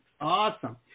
Awesome